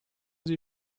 sie